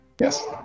Yes